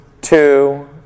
two